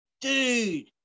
dude